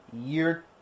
year